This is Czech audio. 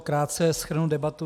Krátce shrnu debatu.